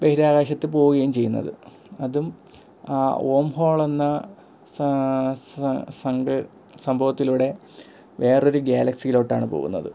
ബഹിരാകാശത്ത് പോകുകയും ചെയ്യുന്നത് അതും ഓം ഹോളെന്ന സാ സ സംഗ സംഭവത്തിലൂടെ വേറൊരു ഗാലക്സിയിലോട്ടാണ് പോകുന്നത്